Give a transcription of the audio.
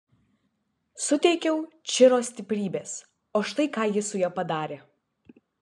suteikiau čiro stiprybės o štai ką ji su ja padarė